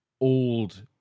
old